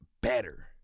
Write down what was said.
better